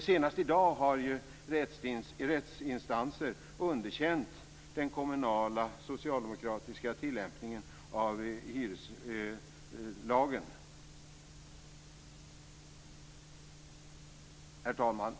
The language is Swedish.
Senast i dag har rättsinstanser underkänt den kommunala socialdemokratiska tillämpningen av hyreslagen. Herr talman!